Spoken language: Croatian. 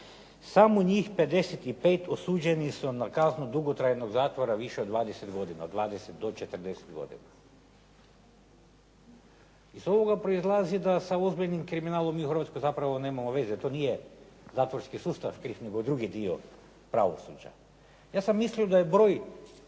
samo njih 55 osuđeni su na kaznu dugotrajnog zatvora više od 20 godina, od 20 do 40 godina. Iz ovoga proizlazi da sa ozbiljnim kriminalom mi u Hrvatskoj zapravo nemamo veze. To nije zatvorski sustav kriv, nego drugi dio pravosuđa. Ja sam mislio da je broj